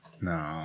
No